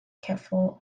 careful